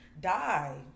Die